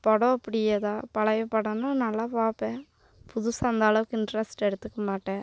படம் அப்படி ஏதா பழைய படோம்னா நல்லா பார்ப்பேன் புதுசாக அந்தளவுக்கு இன்ட்ரஸ்ட் எடுத்துக்க மாட்டேன்